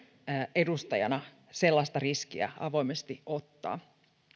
edustajana sellaista riskiä avoimesti ottaa